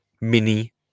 mini